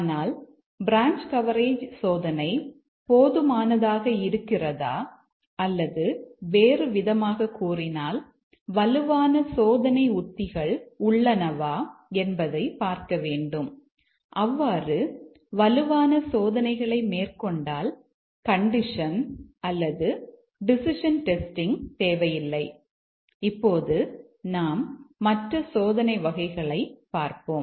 ஆனால் branch coverage சோதனை போதுமானதாக இருக்கிறதா அல்லது வேறுவிதமாகக் கூறினால் வலுவான சோதனை உத்திகள் உள்ளனவா என்பதை பார்க்க வேண்டும் அவ்வாறு வலுவான சோதனைகளை மேற்கொண்டால் கண்டிஷன் தேவையில்லை இப்போது நாம் மற்ற சோதனை வகைகளை பார்ப்போம்